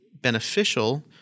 beneficial